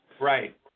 Right